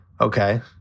Okay